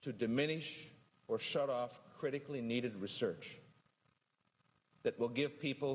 to diminish or shut off critically needed research that will give people